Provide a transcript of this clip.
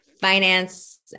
finance